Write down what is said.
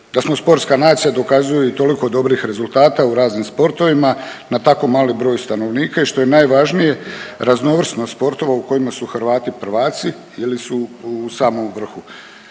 Da smo sportska nacija dokazuju i toliko dobrih rezultata u raznim sportovima na tako mali broj stanovnika i što je najvažnije raznovrsnost sportova u kojima su Hrvati prvaci ili su u samom vrhu.